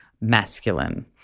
masculine